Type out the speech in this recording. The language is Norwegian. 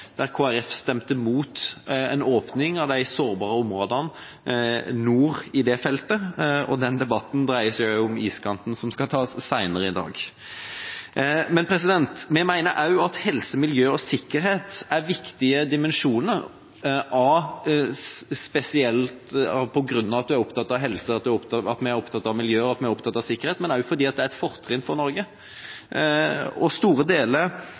der Kristelig Folkeparti stemte imot en åpning av de sårbare områdene nord i det feltet. Den debatten dreier seg om iskanten, som skal tas senere i dag. Vi mener også at helse, miljø og sikkerhet er viktige dimensjoner, også fordi det er et fortrinn for Norge. Store deler